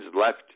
left